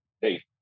hey